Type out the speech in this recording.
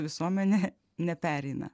visuomenė nepereina